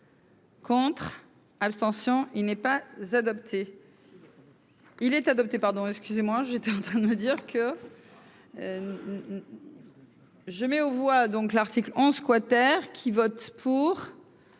Contre, abstention, il n'est pas adopté. Il est adopté, pardon, excusez-moi, j'étais en train de me dire que. Dimanche. Je mets aux voix donc l'article en squatter qui vote pour.